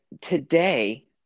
today